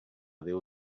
déu